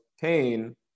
pain